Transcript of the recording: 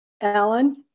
Alan